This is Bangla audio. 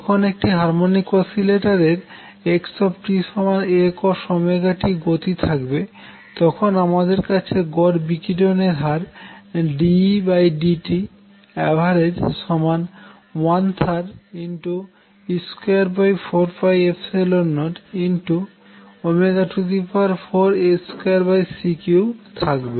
যখন একটি হারমনিক অসিলেটর এর x A cost গতি থাকবে তখন আমাদের কাছে গড় বিকিরণের হার dEdtave 13e2404A2C3 থাকবে